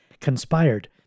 conspired